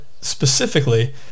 specifically